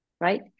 right